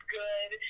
good